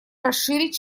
расширить